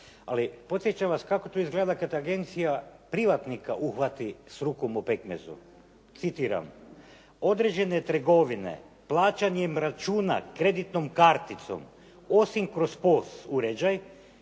ali podsjećam vas kako to izgleda kad agencija privatnika uhvati s rukom u pekmezu. Citiram: "Određene trgovine plaćanjem računa kreditnom karticom osim kroz POS uređaj